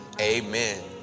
Amen